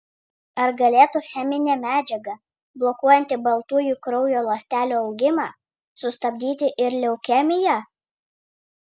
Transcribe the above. ar galėtų cheminė medžiaga blokuojanti baltųjų kraujo ląstelių augimą sustabdyti ir leukemiją